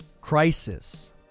Crisis